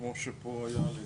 כמו שפה יהלי הזכיר,